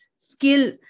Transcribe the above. skill